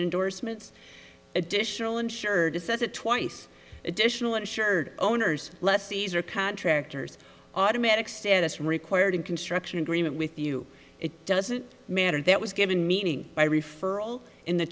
endorsements additional insured says it twice additional insured owners lessees or contractors automatic status required in construction agreement with you it doesn't matter that was given meaning by referral in the